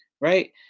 right